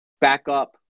backup